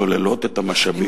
שזוללים את המשאבים.